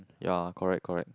ya correct correct